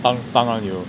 当当然有